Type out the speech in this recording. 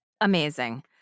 amazing